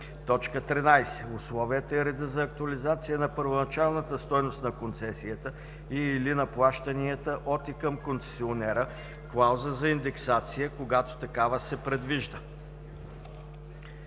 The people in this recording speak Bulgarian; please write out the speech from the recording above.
13. условията и реда за актуализация на първоначалната стойност на концесията и/или на плащанията от и към концесионера (клауза за индексация), когато такава се предвижда;